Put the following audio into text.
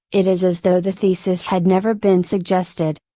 it is as though the thesis had never been suggested.